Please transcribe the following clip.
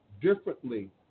differently